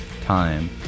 time